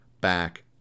back